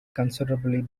considerably